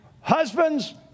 husbands